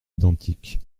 identiques